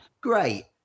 great